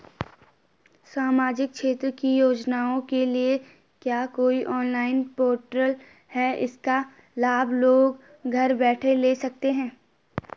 सामाजिक क्षेत्र की योजनाओं के लिए क्या कोई ऑनलाइन पोर्टल है इसका लाभ लोग घर बैठे ले सकते हैं?